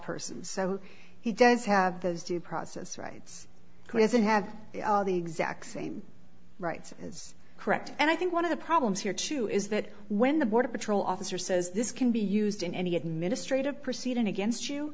persons so he does have those due process rights who isn't have the exact same rights as correct and i think one of the problems here too is that when the border patrol officer says this can be used in any administrative proceeding against you